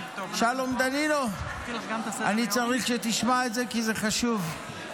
שלום דנינו, אני צריך שתשמע את זה, כי זה חשוב.